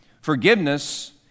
Forgiveness